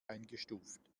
eingestuft